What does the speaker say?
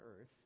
earth